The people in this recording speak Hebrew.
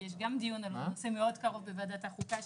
יש גם דיון על נושא מאוד קרוב בוועדת החוקה,